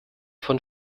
von